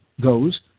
goes